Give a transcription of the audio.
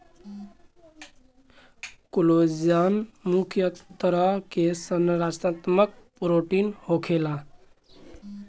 collagen मुख्य तरह के संरचनात्मक प्रोटीन होखेला